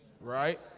Right